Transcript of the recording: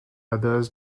others